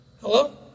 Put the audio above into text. Hello